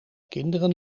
kinderen